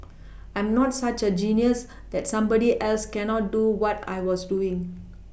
I'm not such a genius that somebody else cannot do what I was doing